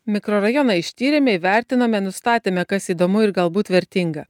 mikrorajoną ištyrėme vertinome nustatėme kas įdomu ir galbūt vertinga